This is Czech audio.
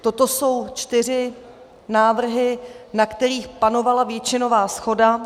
Toto jsou čtyři návrhy, na kterých panovala většinová shoda.